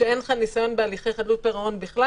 כשאין לך ניסיון בהליכי חדלות פירעון בכלל